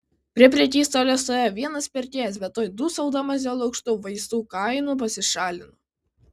prie prekystalio stovėjo vienas pirkėjas bet tuoj dūsaudamas dėl aukštų vaistų kainų pasišalino